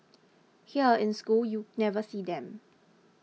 here in school you never see them